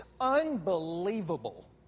unbelievable